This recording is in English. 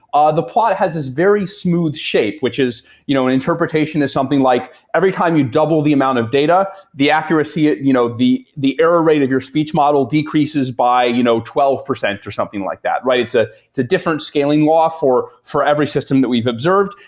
ah the plot has this very smooth shape, which is you know an interpretation is something like, every time you double the amount of data, the accuracy, you know the the error rate of your speech model decreases by you know twelve percent or something like that, right? it's ah it's a different scaling law for for every system that we've observed.